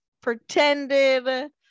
pretended